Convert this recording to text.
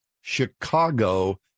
Chicago